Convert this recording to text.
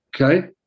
okay